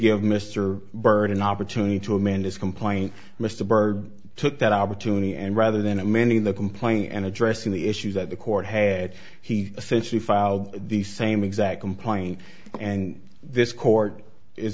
give mr byrd an opportunity to amend his complaint mr byrd took that opportunity and rather than amending the complain and addressing the issues that the court had he officially filed the same exact complaint and this court is